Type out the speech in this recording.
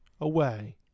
Away